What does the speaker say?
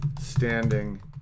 standing